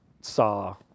saw